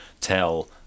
tell